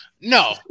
No